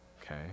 Okay